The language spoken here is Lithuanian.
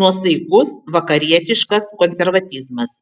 nuosaikus vakarietiškas konservatizmas